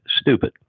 stupid